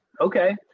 Okay